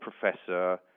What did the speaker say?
professor